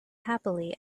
happily